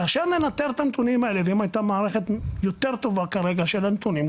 כאשר ננתר את הנתונים האלה ואם הייתה מערכת יותר טובה כרגע של הנתונים,